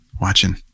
watching